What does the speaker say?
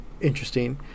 interesting